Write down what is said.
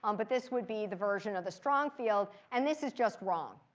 um but this would be the version of the strong field. and this is just wrong.